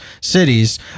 cities